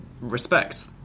respect